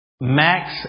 Max